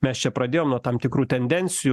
mes čia pradėjom nuo tam tikrų tendencijų